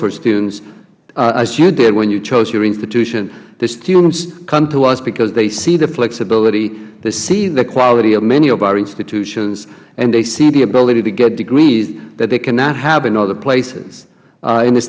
for students as you did when you chose your institution the students come to us because they see the flexibility they see the quality of many of our institutions and they see the ability to get degrees that they cannot have in other places in the